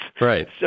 Right